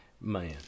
man